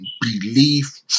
belief